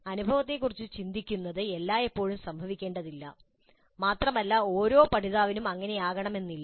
അനുഭവത്തെക്കുറിച്ച് ചിന്തിക്കുന്നത് എല്ലായ്പ്പോഴും സംഭവിക്കേണ്ടതില്ല മാത്രമല്ല ഓരോ പഠിതാവിനും അങ്ങനെയാകണമെന്നില്ല